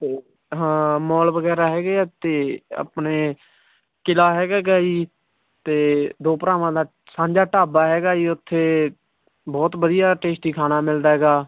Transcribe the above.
ਅਤੇ ਹਾਂ ਮੌਲ ਵਗੈਰਾ ਹੈਗੇ ਆ ਅਤੇ ਆਪਣੇ ਕਿਲ੍ਹਾ ਹੈਗਾ ਗਾ ਜੀ ਅਤੇ ਦੋ ਭਰਾਵਾਂ ਦਾ ਸਾਂਝਾ ਢਾਬਾ ਹੈਗਾ ਜੀ ਉੱਥੇ ਬਹੁਤ ਵਧੀਆ ਟੇਸਟੀ ਖਾਣਾ ਮਿਲਦਾ ਗਾ